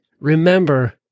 remember